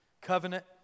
Covenant